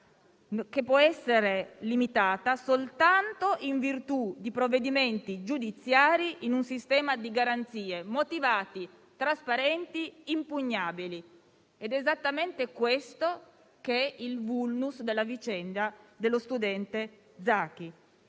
che può essere limitata soltanto in virtù di provvedimenti giudiziari in un sistema di garanzie motivate, trasparenti, impugnabili. Il *vulnus* della vicenda dello studente Zaki